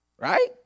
Right